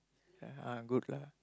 ah good lah